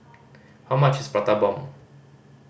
how much is Prata Bomb